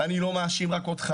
אני לא מאשים רק אותך.